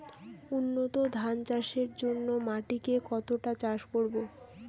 উন্নত ধান চাষের জন্য মাটিকে কতটা চাষ করব?